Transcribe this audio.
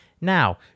Now